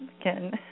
again